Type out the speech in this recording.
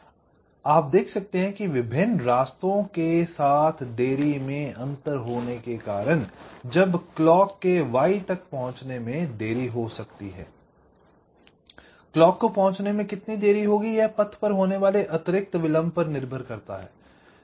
तो आप देख सकते हैं कि विभिन्न रास्तों के साथ देरी में अंतर होने के कारण जब क्लॉक के y तक पहुंचने में देरी हो सकती है I क्लॉक को पहुंचने में कितनी देरी होगी यह पथ पर होने वाले अतिरिक्त विलंब पर निर्भर करता है